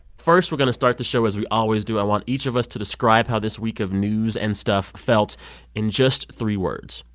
first, we're going to start the show as we always do. i want each of us to describe how this week of news and stuff felt in just three words.